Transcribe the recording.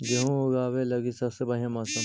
गेहूँ ऊगवे लगी सबसे बढ़िया मौसम?